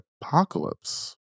apocalypse